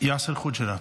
יאסר חוג'יראת,